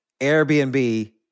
Airbnb